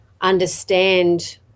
understand